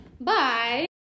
Bye